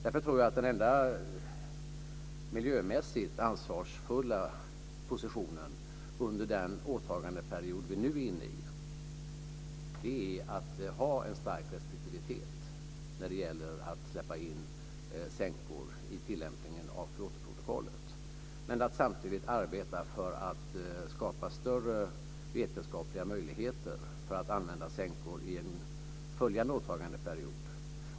Därför tror jag att den enda miljömässigt ansvarsfulla positionen under den åtagandeperiod vi nu är inne i är att ha en stark restriktivitet när det gäller att släppa in sänkor i tillämpningen av Kyotoprotokollet, men att samtidigt arbeta för att skapa större vetenskapliga möjligheter att använda sänkor i en följande åtagandeperiod.